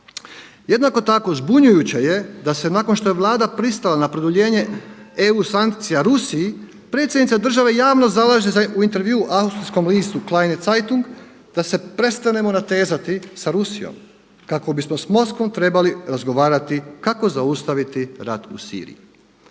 Jednako tako zbunjujuće je da se nakon što je Vlada pristala na produljenje EU sankcija Rusiji predsjednica države javno zalaže u intervjuu austrijskom listu „Kleine Zintung“ da se prestanemo natezati sa Rusijom kako bismo s Moskvom trebali razgovarati kako zaustaviti rat u Siriji?